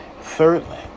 thirdly